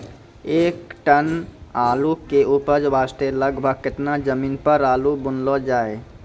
एक टन आलू के उपज वास्ते लगभग केतना जमीन पर आलू बुनलो जाय?